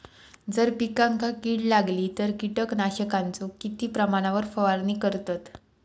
जर पिकांका कीड लागली तर कीटकनाशकाचो किती प्रमाणावर फवारणी करतत?